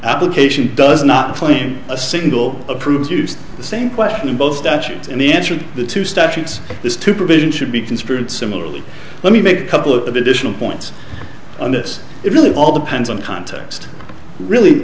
application does not claim a single approved use the same question in both statute and the answer to the two statutes is to provision should be construed similarly let me make couple of additional points on this it really all depends on context really